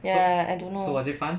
ya I don't know